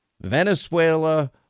Venezuela